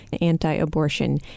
anti-abortion